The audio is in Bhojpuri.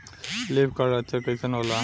लीफ कल लक्षण कइसन होला?